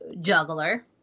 juggler